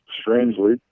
strangely